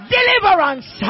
Deliverance